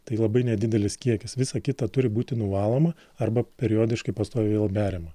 tai labai nedidelis kiekis visa kita turi būti nuvaloma arba periodiškai pastoviai vėl beriama